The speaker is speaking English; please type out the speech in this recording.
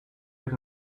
get